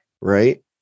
right